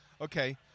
Okay